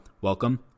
welcome